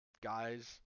guys